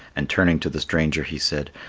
and turning to the stranger he said,